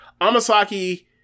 Amasaki